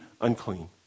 unclean